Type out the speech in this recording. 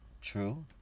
True